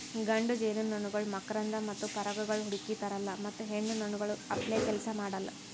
ಗಂಡು ಜೇನುನೊಣಗೊಳ್ ಮಕರಂದ ಮತ್ತ ಪರಾಗಗೊಳ್ ಹುಡುಕಿ ತರಲ್ಲಾ ಮತ್ತ ಹೆಣ್ಣ ನೊಣಗೊಳ್ ಅಪ್ಲೇ ಕೆಲಸ ಮಾಡಲ್